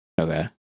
Okay